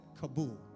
Kabul